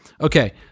Okay